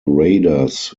raiders